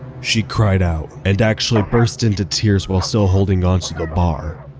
she cried out and actually burst into tears while still holding onto the bar.